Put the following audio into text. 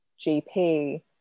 GP